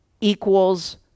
equals